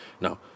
now